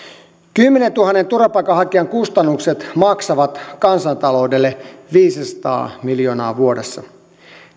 kymmenentuhannen turvapaikanhakijan kustannukset maksavat kansantaloudelle viisisataa miljoonaa vuodessa